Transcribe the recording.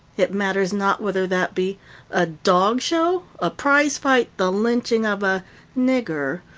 it matters not whether that be a dog show, a prize fight, the lynching of a nigger,